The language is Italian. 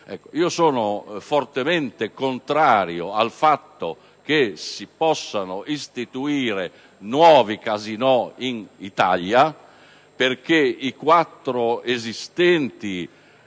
Sono fortemente contrario al fatto che si possano istituire nuovi casinò in Italia, perché i quattro esistenti